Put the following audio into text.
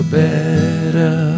better